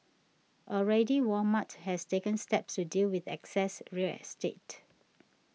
already Walmart has taken steps to deal with excess real estate